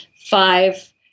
five